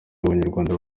abanyarwanda